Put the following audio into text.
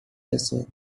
desert